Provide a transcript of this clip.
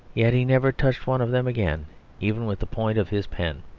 yet he never touched one of them again even with the point of his pen.